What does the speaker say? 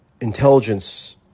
intelligence